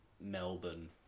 Melbourne